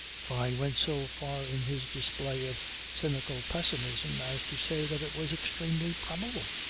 fyne went so far in his display of cynical pessimism as to say that it was extremely probable.